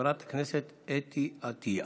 חברת הכנסת אתי עטייה.